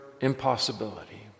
impossibility